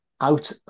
out